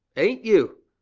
ain't you?